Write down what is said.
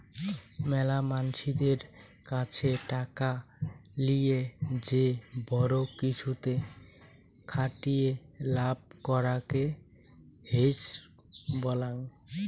মেলা মানসিদের কাছে টাকা লিয়ে যে বড়ো কিছুতে খাটিয়ে লাভ করাঙকে হেজ বলাং